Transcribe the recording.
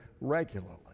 regularly